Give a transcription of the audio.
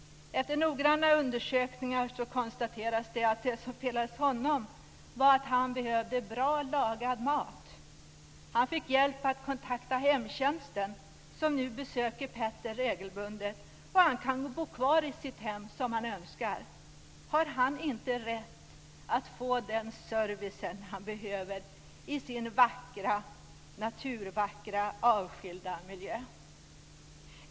Efter noggranna undersökningar konstaterades att det som felades honom var bra, lagad mat. Han fick hjälp att kontakta hemtjänsten, som nu besöker Petter regelbundet. Han kan bo kvar i sitt hem som han önskar. Har han inte rätt att få den service som han behöver i sin vackra, natursköna och avskilda miljö?